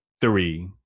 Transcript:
three